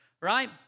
right